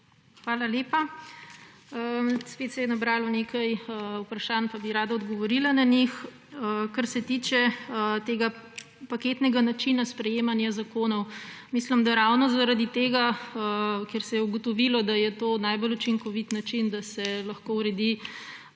Hvala lepa. Spet se je nabralo nekaj vprašanj, pa bi rada odgovorila na njih. Kar se tiče tega paketnega načina sprejemanja zakonov, mislim, da je to ravno zaradi tega, ker se je ugotovilo, da je to najbolj učinkovit način, da se lahko uredijo